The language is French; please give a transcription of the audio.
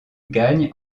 gagne